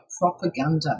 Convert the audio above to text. propaganda